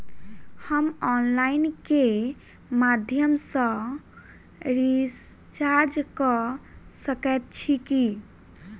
हम ऑनलाइन केँ माध्यम सँ रिचार्ज कऽ सकैत छी की?